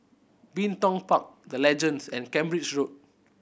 Bin Tong Park The Legends and Cambridge Road